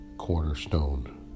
Cornerstone